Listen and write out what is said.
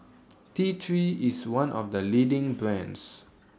T three IS one of The leading brands